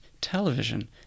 television